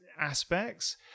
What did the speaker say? aspects